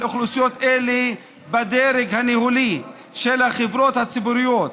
אוכלוסיות אלה בדרג הניהולי של החברות הציבוריות,